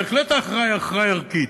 בהחלט ההכרעה היא הכרעה ערכית: